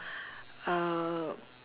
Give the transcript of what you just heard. uh